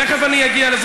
תכף אני אגיע גם לזה.